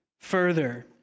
further